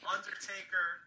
Undertaker